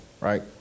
right